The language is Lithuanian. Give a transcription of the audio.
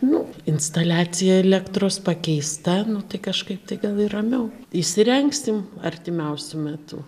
nu instaliacija elektros pakeista nu tai kažkaip tai gal ir ramiau įsirengsim artimiausiu metu